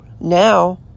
Now